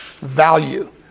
value